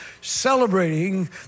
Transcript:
celebrating